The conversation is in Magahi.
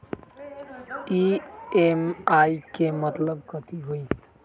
ई.एम.आई के मतलब कथी होई?